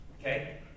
okay